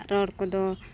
ᱨᱚᱲ ᱠᱚᱫᱚ